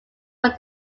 were